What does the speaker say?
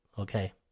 Okay